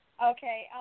Okay